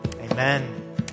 amen